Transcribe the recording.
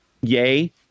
yay